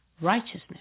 righteousness